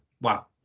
Wow